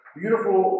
beautiful